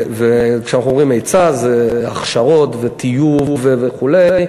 וכשאנחנו אומרים היצע זה הכשרות וטיוב וכו',